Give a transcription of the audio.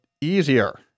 easier